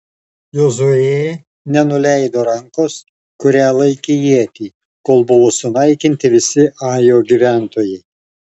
jozuė nenuleido rankos kuria laikė ietį kol buvo sunaikinti visi ajo gyventojai